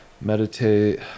Meditate